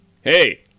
Hey